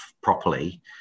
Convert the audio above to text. properly